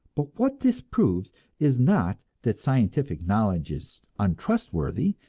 but what this proves is not that scientific knowledge is untrustworthy,